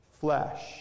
flesh